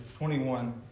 21